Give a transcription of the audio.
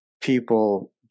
people